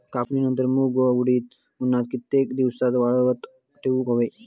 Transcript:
कापणीनंतर मूग व उडीद उन्हात कितके दिवस वाळवत ठेवूक व्हये?